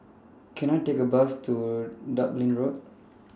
Can I Take A Bus to Dublin Road